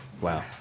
Wow